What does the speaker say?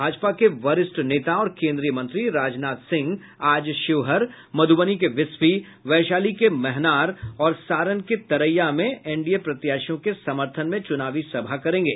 भाजपा के वरिष्ठ नेता और केन्द्रीय मंत्री राजनाथ सिंह आज शिवहर मधुबनी के बिस्फी वैशाली के मेहनार और सारण तरैया में एनडीए प्रत्याशियों के समर्थन में चुनावी सभा करेंगे